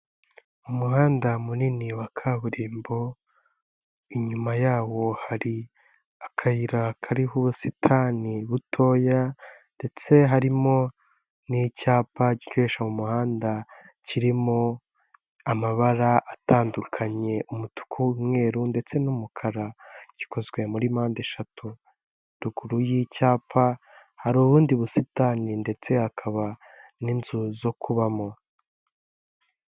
Umuhanda munini wa kaburimbo, inyuma yawo hari akayira kariho ubusitani butoya ndetse harimo n'icyapa gikoreshwa mu muhanda kirimo amabara atandukanye, umutuku, umweru, ndetse n'umukara, gikozwe muri mpandeshatu ruguru y'icyapa hari ubundi busitani ndetse hakaba n'inzu zo kubamo.